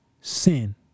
sin